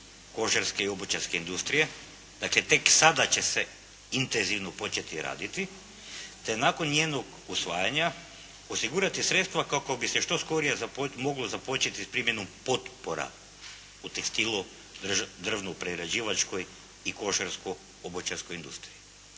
kožarske i obućarske industrije, dakle tek sada će se intenzivno početi raditi, te nakon njenog usvajanja osigurati sredstva kako bi se što skorije moglo započeti s primjenom potpora u tekstilu, drvno-prerađivačkoj i kožarsko-obućarskoj industriji."